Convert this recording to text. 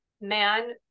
man